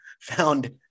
found